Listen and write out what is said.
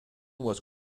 was